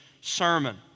sermon